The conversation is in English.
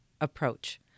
approach